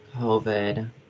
COVID